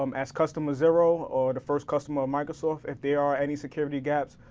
um as customer zero, or the first customer of microsoft, if there are any security gaps,